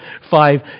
five